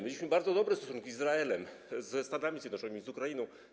Mieliśmy bardzo dobre stosunki z Izraelem, ze Stanami Zjednoczonymi, z Ukrainą.